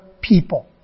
people